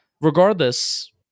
regardless